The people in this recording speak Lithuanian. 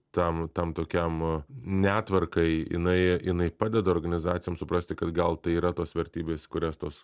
tam tam tokiam netvarkai jinai jinai padeda organizacijoms suprasti kad gal tai yra tos vertybės kurias tos